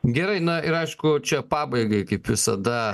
gerai na ir aišku čia pabaigai kaip visada